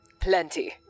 Plenty